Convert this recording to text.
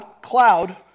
cloud